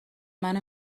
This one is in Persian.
منو